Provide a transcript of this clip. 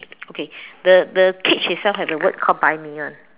okay the the peach itself has a word called buy me [one]